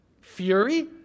fury